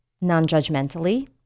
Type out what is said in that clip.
non-judgmentally